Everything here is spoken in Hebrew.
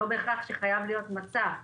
לא בהכרח שחייב להיות מצע.